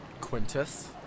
Quintus